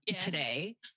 today